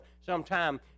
sometime